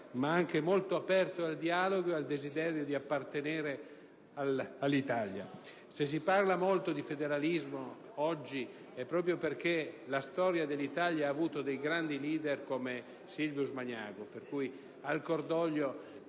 ma anche molto aperto al dialogo e desideroso di appartenere all'Italia. Se si parla molto di federalismo oggi è proprio perché la storia dell'Italia ha avuto dei grandi *leader* come Silvius Magnago. Pertanto, ci